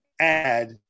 add